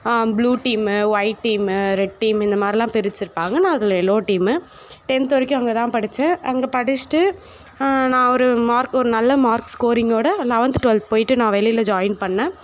blue team white team red team இந்தமாதிரிலாம் பிரிச்சிருப்பாங்க நான் அதில் எல்லோவ் டீம் டென்த் வரைக்கும் அங்கேதான் படிச்சேன் அங்கே படிச்சிகிட்டு நான் ஒரு மார்க் ஒரு நல்ல மார்க் ஸ்கோரிங்கோடு லவன்த்து டுவெல்த் போய்ட்டு நான் வெளியில் ஜாயின் பண்ணேன்